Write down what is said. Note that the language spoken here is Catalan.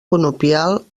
conopial